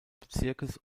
bezirkes